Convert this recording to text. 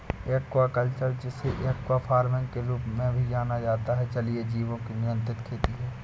aquaculture, जिसे aqua farming के रूप में भी जाना जाता है, जलीय जीवों की नियंत्रित खेती है